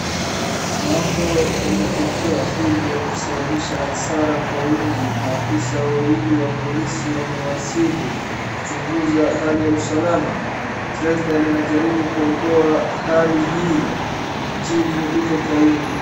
Moto umetokea hivyo kusababisha hasara kwa wingi. Maafisa wawili wa polisi wamewasili kuchunguza hali ya usalama. Trekta linajaribu kuokoa hali hii jivu liko kwa wingi.